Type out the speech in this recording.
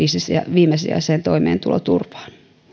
viimesijaiseen toimeentuloturvaan